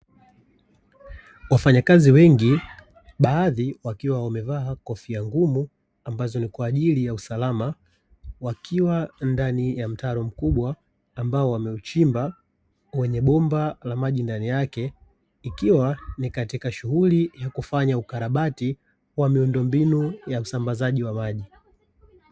Wafanya kazi wengi baadhi wakiwa wamevaa kofia ngumu, ambazo ni kwa ajili ya usalama, wakiwa ndani ya mtaro mkubwa ambao wameuchimba wenye bomba la maji ndani yake, ikiwa ni katika shughuli ya kufanya ukarabati wa miundombinu ya usambazaji wa maji.